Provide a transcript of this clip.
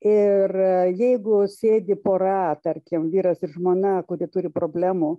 ir jeigu sėdi pora tarkim vyras ir žmona kuri turi problemų